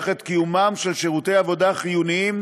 את קיומם של שירותי עבודה חיוניים